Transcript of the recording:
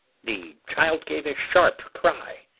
the child gave a sharp cry,